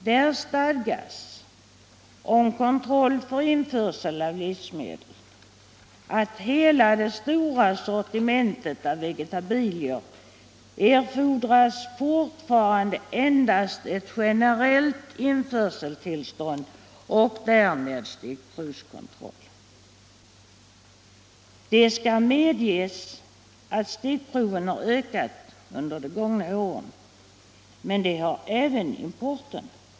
Däri stadgas beträffande kontroll för införsel av livsmedel, att för hela det stora sortimentet av vegetabilier erfordras fortfarande endast ett generellt införseltillstånd — och därmed bara en stickprovskontroll. Det skall medges att stickproven har ökat under de gångna åren, men det har även importen.